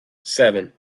seven